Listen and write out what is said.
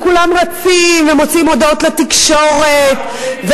בגמרא מובא שעתיד הקדוש-ברוך-הוא,